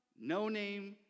no-name